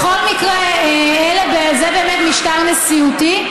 בכל מקרה, זה באמת משטר נשיאותי,